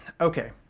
okay